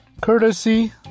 Courtesy